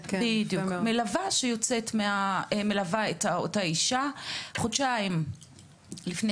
מלווה שתלווה את אותה אישה חודשיים לפני